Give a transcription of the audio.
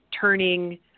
turning